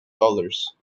dollars